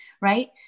right